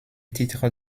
titre